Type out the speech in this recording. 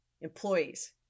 Employees